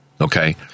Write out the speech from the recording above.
Okay